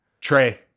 Trey